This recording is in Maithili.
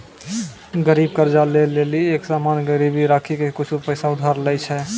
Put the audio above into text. गरीब कर्जा ले लेली एक सामान गिरबी राखी के कुछु पैसा उधार लै छै